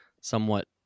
somewhat